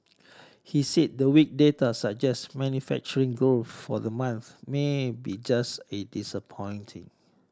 he said the weak data suggest manufacturing growth for the month may be just as disappointing